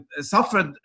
suffered